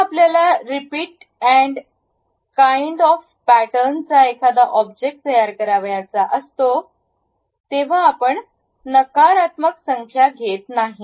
जेव्हा आपल्याला repeat add kind of पॅटर्नचा एखादा ऑब्जेक्ट तयार करायचा असतो तेव्हा आपण नकारात्मक संख्या घेत नाही